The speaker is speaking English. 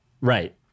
Right